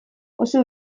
oso